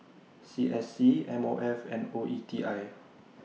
C S C M O F and O E T I